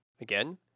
Again